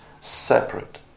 separate